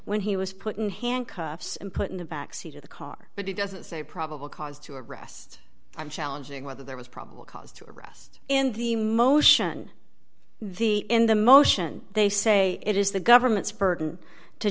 when he was put in handcuffs and put in the backseat of the car but he doesn't say probable cause to arrest i'm challenging whether there was probable cause to arrest in the motion the in the motion they say it is the government's burden to